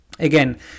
Again